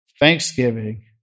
thanksgiving